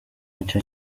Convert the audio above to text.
nicyo